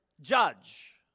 judge